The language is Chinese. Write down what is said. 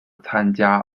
参加